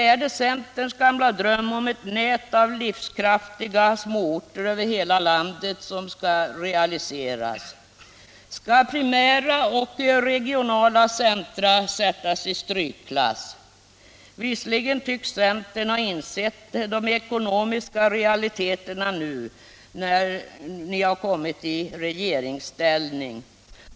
Är det centerns gamla dröm om ett nät av livskraftiga småorter över landet som skall realiseras? Skall primära och regionala centra sättas i strykklass? Visserligen tycks dock centern ha insett de ekonomiska realiteterna nu, när man har kommit i regeringsställning.